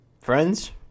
friends